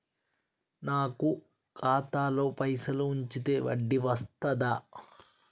నాకు ఖాతాలో పైసలు ఉంచితే వడ్డీ వస్తదా?